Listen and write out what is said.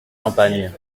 campagnes